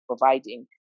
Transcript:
providing